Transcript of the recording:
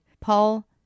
Paul